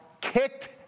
kicked